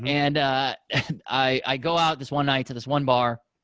and and i go out this one night to this one bar,